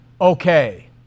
okay